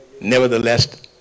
Nevertheless